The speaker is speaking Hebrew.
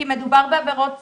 כי מדובר בעבירות סייבר.